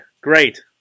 Great